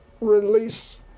release